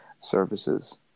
services